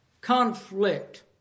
conflict